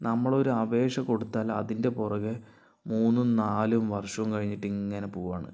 നമ്മൾ ഒരു അപേക്ഷ കൊടുത്താൽ അതിന്റെ പുറകെ മൂന്നും നാലും വർഷവും കഴിഞ്ഞിട്ട് ഇങ്ങനെ പോവുകയാണ്